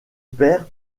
père